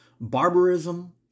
barbarism